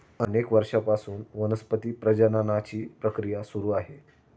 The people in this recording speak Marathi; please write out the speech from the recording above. अनेक वर्षांपासून वनस्पती प्रजननाची प्रक्रिया सुरू आहे